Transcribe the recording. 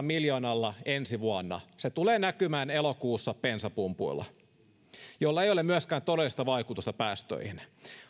miljoonalla ensi vuonna se tulee näkymään elokuussa bensapumpuilla eikä sillä ole myöskään todellista vaikutusta päästöihin